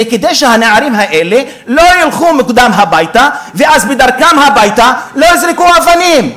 זה כדי שהנערים האלה לא ילכו מוקדם הביתה ואז בדרכם הביתה יזרקו אבנים.